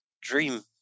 dream